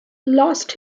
lost